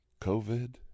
COVID